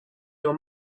your